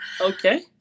Okay